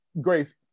Grace